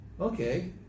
Okay